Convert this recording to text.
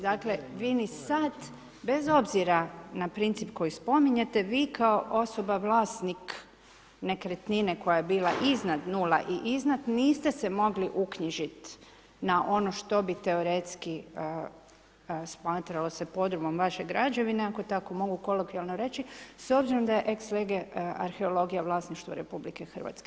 Dakle, vi i sada, bez obzira na princip koji spominjete, vi kao osoba vlasnik nekretnine, koja je bila iznad 0 i iznad, niste se mogli uknjižiti, na ono što bi teoretski, smatralo se podrumom vaše građevine, ako tako mogu kolokvijalno tako reći, s obzirom, da je ex lege arheologija vlasništvo RH.